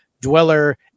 dweller